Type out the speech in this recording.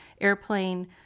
airplane